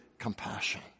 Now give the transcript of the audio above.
compassion